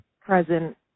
present